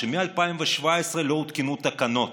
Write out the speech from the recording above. שמ-2017 לא הותקנו תקנות.